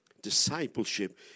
discipleship